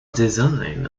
design